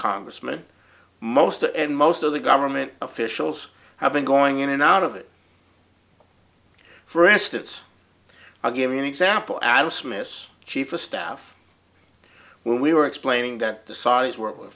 congressman most and most of the government officials have been going in and out of it for instance i'll give you an example adam smith's chief of staff when we were explaining that the saudis were